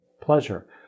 pleasure